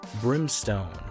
Brimstone